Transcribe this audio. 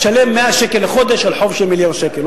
תשלם 100 שקל לחודש על חוב של מיליון שקל.